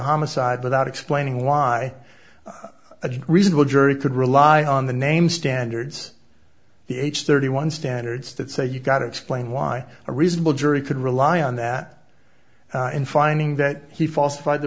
homicide without explaining why a reasonable jury could rely on the name standards the h thirty one standards that say you've got to explain why a reasonable jury could rely on that in finding that he falsified the